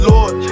Lord